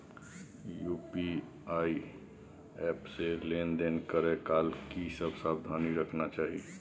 UPI app से लेन देन करै काल की सब सावधानी राखना चाही?